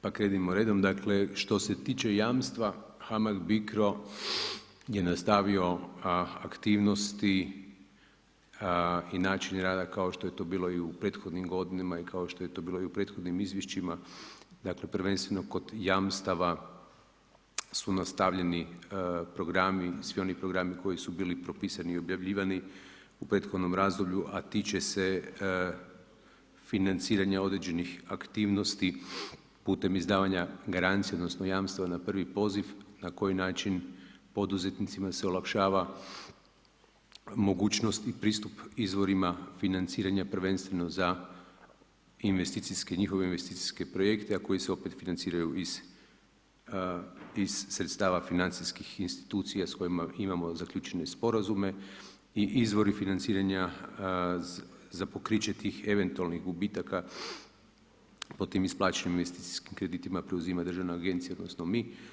Pa krenimo redom, dakle, što se tiče jamstva HAMAG BICRO je nastavio aktivnosti i način rada kao što je to bilo u prethodnim godinama i kao što je to bilo u prethodnim izvješćima, dakle, prvenstveno kod jamstava su nastavljeni programi, svi oni programi koji su bili propisani i objavljivani u prethodnom razdoblju, a tiče se financiranja određenih aktivnosti, putem izdavanja garancija, odnosno, jamstava na prvi poziv, na koji način poduzetnicima se olakšava mogućnost i pristup izvorima financiranjima prvenstveno za investicije, njihove investicijske projekte, a koji se opet financiraju iz sredstava financijskih institucija, s kojima imamo zaključene sporazume i izvori financiranja za pokriće tih eventualnih gubitaka, po tim isplaćenim investicijskim kreditima preuzima državna agencija, odnosno, mi.